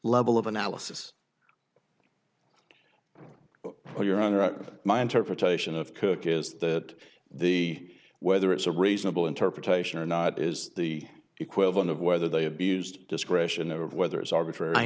level of analysis well you're on record my interpretation of cooke is that the whether it's a reasonable interpretation or not is the equivalent of whether they abused discretion of whether it's arbitrary i